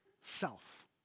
self